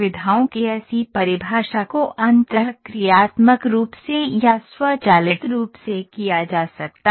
सुविधाओं की ऐसी परिभाषा को अंतःक्रियात्मक रूप से या स्वचालित रूप से किया जा सकता है